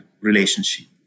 relationship